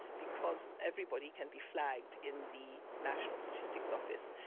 because everybody can be flagged in the national statistics office.